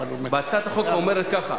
הצעת החוק אומרת ככה: